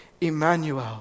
Emmanuel